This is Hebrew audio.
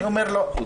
אני אומר לא.